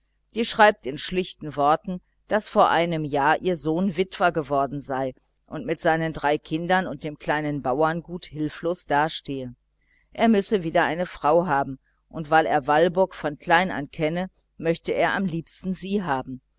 die schreibt in schlichten einfachen worten daß vor einem jahr ihr sohn witwer geworden sei und mit seinen drei kindern und dem kleinen bauerngut hilflos dastehe er müsse wieder eine frau haben und weil er walburg von klein an kenne möchte er am liebsten sie haben